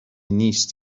نیست